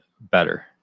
better